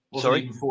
Sorry